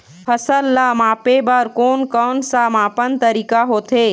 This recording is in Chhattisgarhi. फसल ला मापे बार कोन कौन सा मापन तरीका होथे?